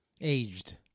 Aged